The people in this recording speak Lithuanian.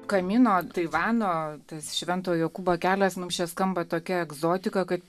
kamino taivano tas švento jokūbo kelias mums čia skamba tokia egzotika kad